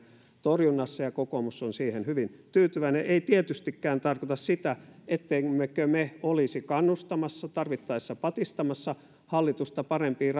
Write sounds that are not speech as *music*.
torjunnassa ja että kokoomus on siihen hyvin tyytyväinen ei tietystikään tarkoita sitä ettemmekö me olisi kannustamassa ja tarvittaessa patistamassa hallitusta parempiin *unintelligible*